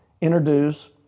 introduce